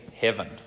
heaven